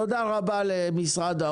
תודה רבה למשרד האוצר.